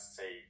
say